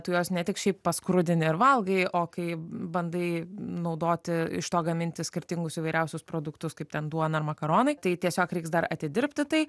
tu juos ne tik šiaip paskrudini ar valgai o kai bandai naudoti iš to gaminti skirtingus įvairiausius produktus kaip ten duona ar makaronai tai tiesiog reiks dar atidirbti tai